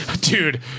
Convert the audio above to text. dude